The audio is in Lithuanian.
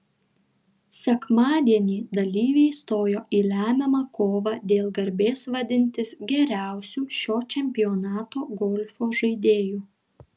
sekmadienį dalyviai stojo į lemiamą kovą dėl garbės vadintis geriausiu šio čempionato golfo žaidėju